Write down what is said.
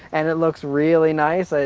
and it looks really nice. ah